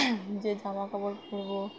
যে জামা কাপড় পরবো